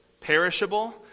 perishable